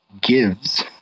gives